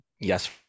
yes